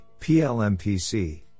PLMPC